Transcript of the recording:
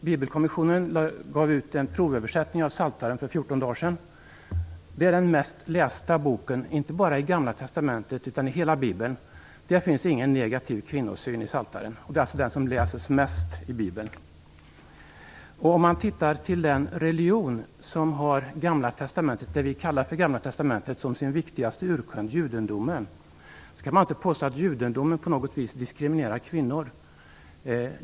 Bibelkommissionen gav ut en provöversättning av Psaltaren för 14 dagar sedan. Det är den mest lästa boken, inte bara i Gamla testamentet utan i hela bibeln. Det finns ingen negativ kvinnosyn i Psaltaren, som alltså läses mest i Bibeln. Om man ser till den religion som har det som vi kallar för gamla testamentet som sin viktigaste urkund, judendomen, kan man inte påstå att judendomen på något vis diskriminerar kvinnor.